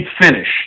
finish